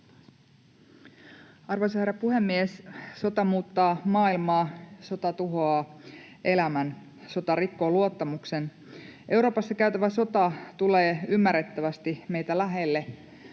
Arvoisa herra puhemies! Sota muuttaa maailmaa. Sota tuhoaa elämän. Sota rikkoo luottamuksen. Euroopassa käytävä sota tulee ymmärrettävästi meitä lähelle.